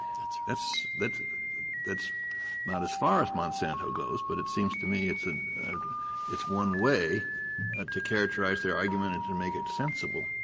that's that's that's not as far as monsanto goes, but it seems to me it's and it's one way ah to characterize their argument and to and make it sensible.